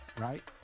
Right